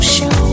Show